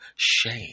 shame